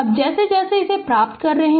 अब जैसे जैसे प्राप्त कर रहे हैं